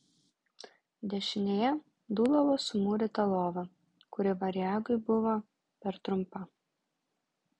dešinėje dūlavo sumūryta lova kuri variagui buvo per trumpa